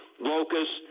locusts